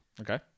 Okay